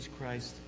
Christ